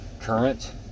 current